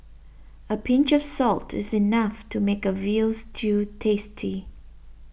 a pinch of salt is enough to make a Veal Stew tasty